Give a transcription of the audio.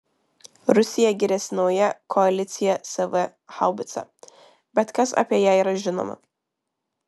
rusija giriasi nauja koalicija sv haubica bet kas apie ją yra žinoma